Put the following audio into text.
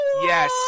Yes